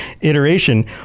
iteration